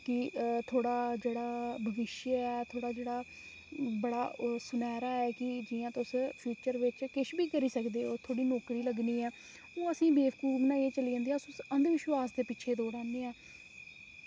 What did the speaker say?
कि थोह्ड़ा जेह्ड़ा भविष्य ऐ थोह्ड़ा जेह्ड़ा ओह् बड़ा सनैह्रा ऐ कि जि'यां तुस फ्यूचर बिच किश बी करी सकदे ओ थुआढ़ी नौकरी लग्गनी जां ओह् असेंगी बेवकुफ बनाइयै चली जंदे ते अंधविश्वास दे पिच्छै दौड़ा ने आं